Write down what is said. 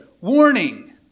Warning